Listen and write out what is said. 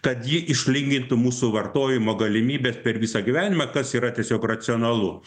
kad ji išlygintų mūsų vartojimo galimybes per visą gyvenimą kas yra tiesiog racionalu